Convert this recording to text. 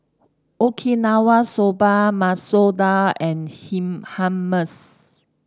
Okinawa Soba Masoor Dal and him Hummus